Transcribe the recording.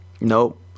Nope